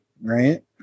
right